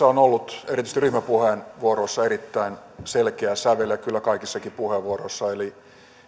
on ollut erityisesti ryhmäpuheenvuoroissa erittäin selkeä sävel ja kyllä kaikissakin puheenvuoroissa eli